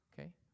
Okay